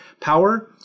power